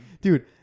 dude